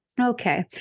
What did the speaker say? okay